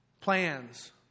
plans